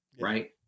right